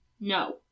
No